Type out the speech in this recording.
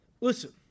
Listen